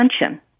attention